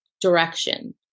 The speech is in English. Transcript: direction